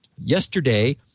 yesterday